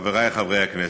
חברי חברי הכנסת,